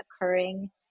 occurring